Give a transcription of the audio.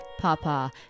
papa